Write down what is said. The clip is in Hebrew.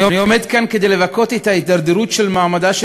אני עומד כאן כדי לבכות את התדרדרות מעמדה של